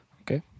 Okay